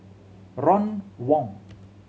Ron Wong